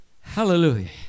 Hallelujah